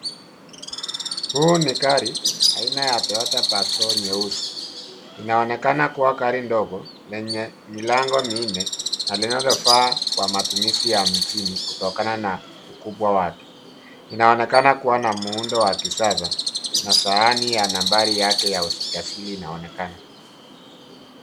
Huu ni gari ,aina ya Toyota passo nyeusi. Inaonekana kuwa gari ndogo ,lenye milango minne na linalofaa kwa matumizi ya mjini, kutokana na ukubwa wake. Inaonekana kuwa na muundo wa kisasa na sahani ya nambari yake ya usajili inaonekana.